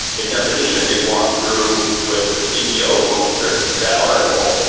in deposition we've walked through with the ceo of monster that article,